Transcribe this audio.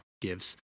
gives